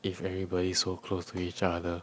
if everybody so close to each other